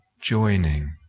joining